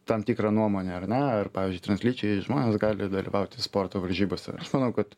tam tikrą nuomonę ar ne ar pavyzdžiui translyčiai žmonės gali dalyvauti sporto varžybose aš manau kad